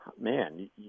man